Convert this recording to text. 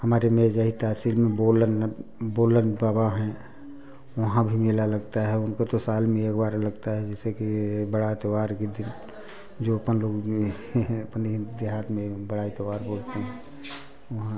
हमारे मेजा ही तहसील में बोलन बोलन बाबा हैं वहाँ भी मेला लगता है उनको तो साल में एक बार लगता है जैसे कि बड़ा त्योहार के दिन जो अपन लोग में अपने देहात में बड़ा ही त्योहार बोलते हैं वहाँ